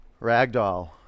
ragdoll